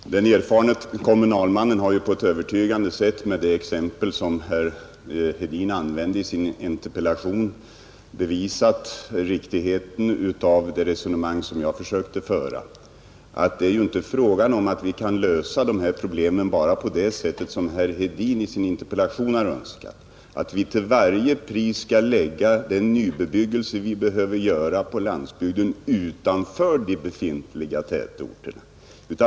Fru talman! Den erfarne kommunalmannen har på ett övertygande sätt med det exempel herr Hedin använde i sin interpellation bevisat riktigheten av det resonemang som jag försökte föra. Det kan ju inte bli fråga om att vi skall lösa de här problemen enbart på det sättet som herr Hedin har önskat i sin interpellation, nämligen så att den nybebyggelse som vi behöver genomföra på landsbygden, till varje pris skall förläggas utanför de befintliga tätorterna.